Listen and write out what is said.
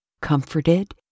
comforted